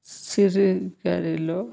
చిల్లు గారెలు